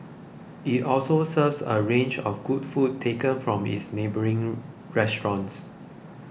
it also serves a range of good food taken from its neighbouring restaurants